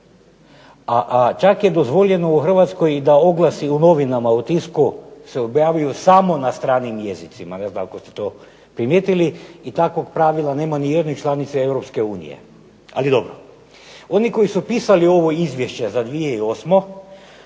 a čak je dozvoljeno u Hrvatskoj da oglasi u novinama u tisku se objavljuju samo na stranim jezicima, ne znam ako ste to primijetili. I takvog pravila nema ni u jednoj članici Europske unije. Ali dobro. Oni koji su pisali ovo izvješće za 2008.